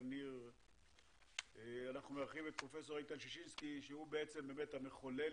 את פרופ' איתן ששינסקי שהוא המחולל,